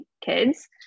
kids